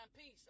peace